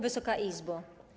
Wysoka Izbo!